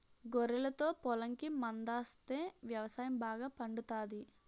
గొర్రెలతో పొలంకి మందాస్తే వ్యవసాయం బాగా పండుతాది